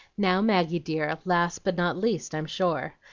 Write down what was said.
now, maggie, dear, last but not least, i'm sure,